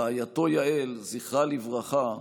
רעייתו, יעל, זכרה לברכה,